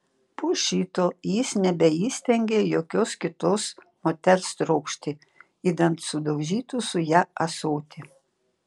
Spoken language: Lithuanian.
po šito jis nebeįstengė jokios kitos moters trokšti idant sudaužytų su ja ąsotį